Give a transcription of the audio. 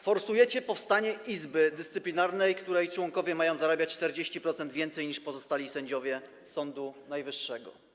Forsujecie powstanie Izby Dyscyplinarnej, której członkowie mają zarabiać o 40% więcej niż pozostali sędziowie Sądu Najwyższego.